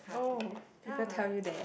oh people tell you that